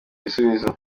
ibisubizo